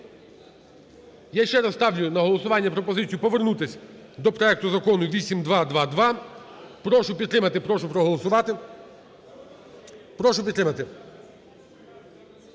Я ще раз ставлю на голосування пропозицію повернутись до проекту Закону 8222. Прошу підтримати. Прошу проголосувати. Прошу підтримати.